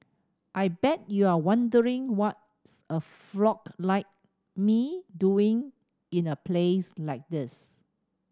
I bet you're wondering what is a frog like me doing in a place like this